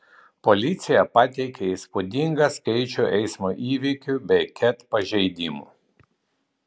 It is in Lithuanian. policija pateikė įspūdingą skaičių eismo įvykių bei ket pažeidimų